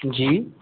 जी